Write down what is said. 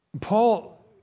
Paul